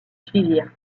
suivirent